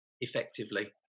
effectively